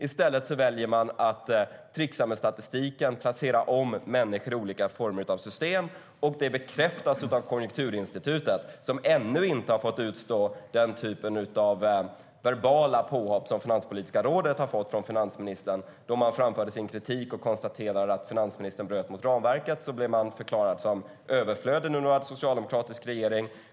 I stället väljer man att tricksa med statistiken och placera om människor i olika former av system. Detta bekräftas av Konjunkturinstitutet, som ännu inte har fått utstå den typ av verbala påhopp som Finanspolitiska rådet har fått från finansministern. Då de framförde sin kritik och konstaterade att finansministern bröt mot ramverket blev de förklarade som överflödiga nu under socialdemokratisk regering.